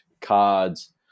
cards